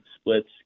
splits